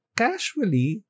casually